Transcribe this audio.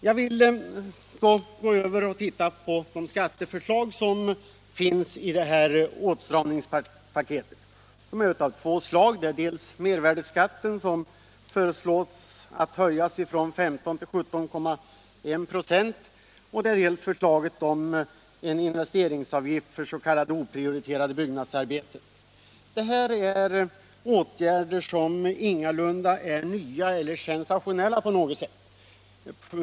Jag vill så gå över till de två skatteförslag som finns i åtstramningspaketet: dels förslaget att mervärdeskatten skall höjas från 15 till 17,1 96, dels förslaget att införa en investeringsavgift för s.k. oprioriterade byggnadsarbeten. Detta är åtgärder som ingalunda är nya eller sensationella på något sätt.